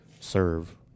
serve